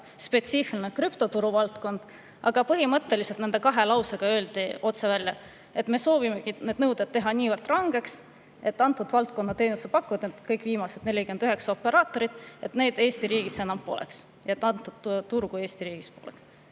spetsiifiline valdkond, krüptoturg –, põhimõtteliselt nende kahe lausega öeldi otse välja, et me soovimegi nõuded teha niivõrd rangeks, et antud valdkonna teenusepakkujaid, neid viimaseid 49 operaatorit Eesti riigis enam ei oleks, et antud turgu Eesti riigis poleks,